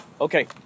Okay